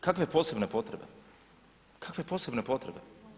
Kakve posebne potrebe, kakve posebne potrebe?